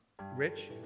Rich